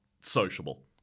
sociable